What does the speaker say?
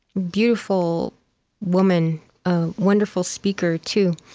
beautiful woman ah wonderful speaker, too.